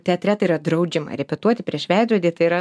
teatre tai yra draudžiama repetuoti prieš veidrodį tai yra